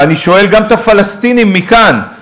ואני שואל גם את הפלסטינים מכאן: